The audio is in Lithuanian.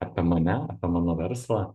apie mane mano verslą